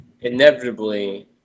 inevitably